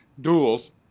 duels